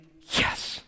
yes